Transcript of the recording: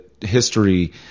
history